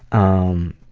um,